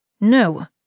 No